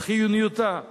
את חיוניותה,